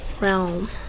realm